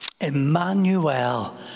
Emmanuel